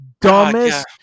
dumbest